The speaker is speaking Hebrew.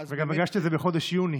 וגם הגשתי את זה בחודש יוני.